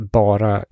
bara